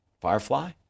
Firefly